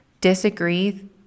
disagree